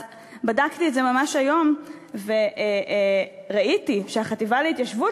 בדקתי את זה ממש היום וראיתי שהחטיבה להתיישבות,